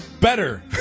Better